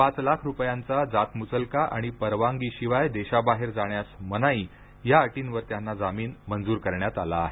पाच लाख रुपयांचा जातमुचलका आणि परवानगीशिवाय देशाबाहेर जाण्यास मनाई या अटींवर त्यांना जामीन मंजूर करण्यात आला आहे